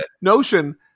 notion